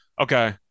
okay